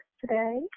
today